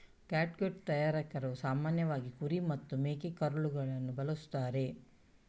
catgut ತಯಾರಕರು ಸಾಮಾನ್ಯವಾಗಿ ಕುರಿ ಅಥವಾ ಮೇಕೆಕರುಳನ್ನು ಬಳಸುತ್ತಾರೆ